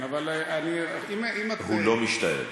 הוא לא משתעל.